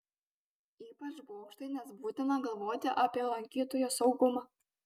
ypač bokštai nes būtina galvoti apie lankytojų saugumą